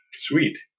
Sweet